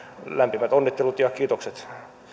lämpimät onnittelut ja kiitokset